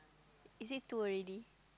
is it two already